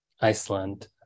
Iceland